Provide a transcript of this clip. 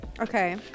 Okay